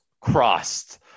crossed